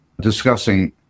discussing